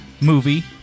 movie